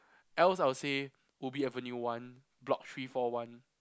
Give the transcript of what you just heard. else I'll say Ubi Avenue one block three four one